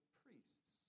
priests